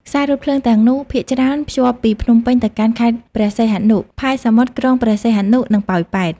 ខ្សែរថភ្លើងទាំងនោះភាគច្រើនភ្ជាប់ពីភ្នំពេញទៅកាន់ខេត្តព្រះសីហនុ ផែសមុទ្រក្រុងព្រះសីហនុ និងប៉ោយប៉ែត។